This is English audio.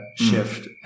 shift